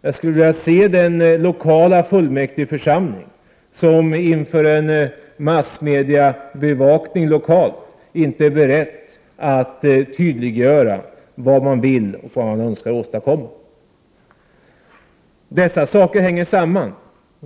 Jag skulle vilja se den lokala fullmäktigeförsamling som inför en massmediebevakning lokalt inte är beredd att tydliggöra vad man vill åstadkomma. Dessa saker hänger samman.